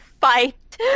fight